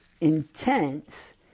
intense